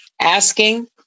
asking